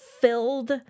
filled